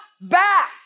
back